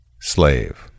Slave